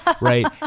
right